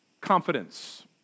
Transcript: confidence